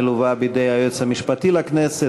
מלווה בידי היועץ המשפטי לכנסת,